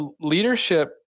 leadership